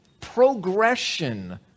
progression